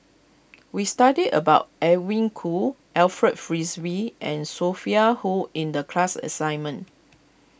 we studied about Edwin Koo Alfred Frisby and Sophia Hull in the class assignment